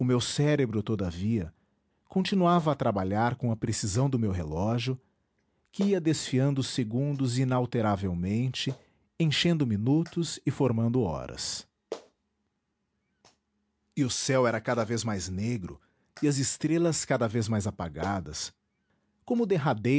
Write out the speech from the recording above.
meu cérebro todavia continuava a trabalhar com a precisão do meu relógio que ia desfiando os segundos inalteravelmente enchendo minutos e formando horas e o céu era cada vez mais negro e as estrelas cada vez mais apagadas como